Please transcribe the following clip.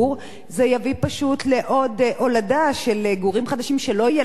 זה יביא פשוט לעוד הולדה של גורים חדשים שלא יהיה להם בית,